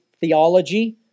theology